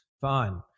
Fine